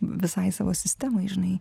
visai savo sistemai žinai